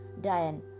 Diane